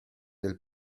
del